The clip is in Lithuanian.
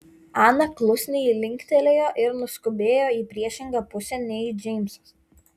ana klusniai linktelėjo ir nuskubėjo į priešingą pusę nei džeimsas